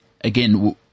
again